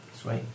Sweet